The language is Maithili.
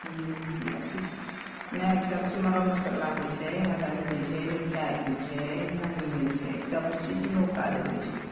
अथि नहि सभसँ मर मसाला होइ छै हरदि होइ छै मिर्चाइ होइ छै धन्नी होइ छै सभचीजमे ओ काज अबैत छै